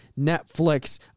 Netflix